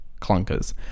clunkers